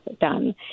done